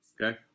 Okay